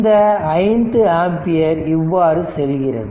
இந்த 5 ஆம்பியர் இவ்வாறு செல்கிறது